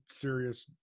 serious